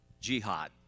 jihad